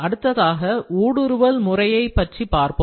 அடுத்ததாக ஊடுருவல் முறையைப் பற்றி பார்ப்போம்